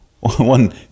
One